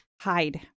Hide